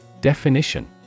Definition